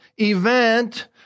event